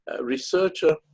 researcher